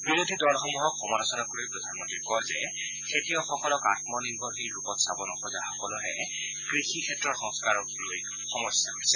বিৰোধী দলসমূহক সমালোচনা কৰি প্ৰধানমন্ত্ৰীয়ে কয় যে খেতিয়কসকলক আমনিৰ্ভৰশীল ৰূপত চাব নোখোজাসকলৰহে কৃষিক্ষেত্ৰৰ সংস্কাৰক লৈ সমস্যা হৈছে